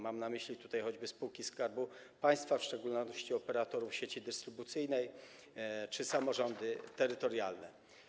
Mam na myśli tutaj choćby spółki Skarbu Państwa, w szczególności operatorów sieci dystrybucyjnej, czy samorządy terytorialne.